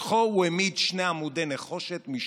ובפתחו הוא העמיד שני עמודי נחושת משלו: